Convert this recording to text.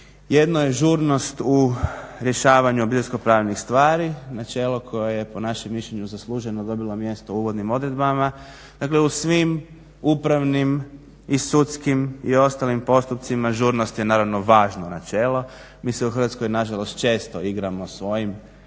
Jedno je žurnost u rješavanju obiteljsko pravnih stvari, načelo koje je po našem mišljenju zasluženo dobilo mjesto u uvodnim odredbama, dakle u svim upravnim i sudskim i ostalim postupcima žurnost je naravno važno načelo. Mi se u Hrvatskoj nažalost često igramo svojim